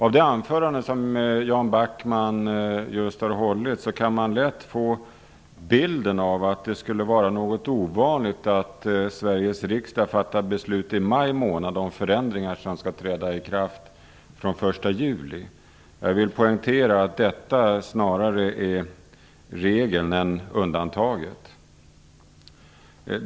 Av det anförande Jan Backman just har hållit, kan man lätt få bilden att det skulle vara något ovanligt att Sveriges riksdag fattar beslut i maj om förändringar som skall träda i kraft den 1 juli. Jag vill poängtera att detta snarare är regel än undantag.